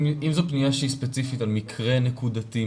אם זו פניה שהיא ספציפית על מקרה נקודתי,